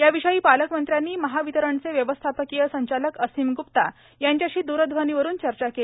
या विषयी पालकमंत्र्यांनी महावितरणचे व्यवस्थापकीय संचालक असिम ग्प्ता यांच्याशी द्रध्वनीवरून चर्चा केली